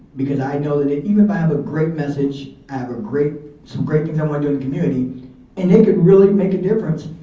because i know that even if i have a great message, i have ah some great things i wanna do in the community and it could really make a difference.